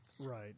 right